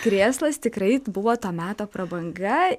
krėslas tikrai buvo to meto prabanga